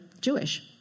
Jewish